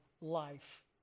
life